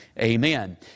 amen